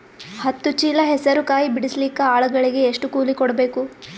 ಹತ್ತು ಚೀಲ ಹೆಸರು ಕಾಯಿ ಬಿಡಸಲಿಕ ಆಳಗಳಿಗೆ ಎಷ್ಟು ಕೂಲಿ ಕೊಡಬೇಕು?